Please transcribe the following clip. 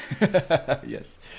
Yes